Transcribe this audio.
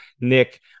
Nick